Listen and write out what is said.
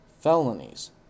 felonies